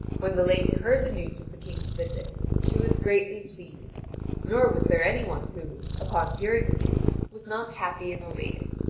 when the lady heard the news of the king's visit she was greatly pleased nor was there any one who, upon hearing the news, was not happy and elated.